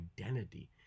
identity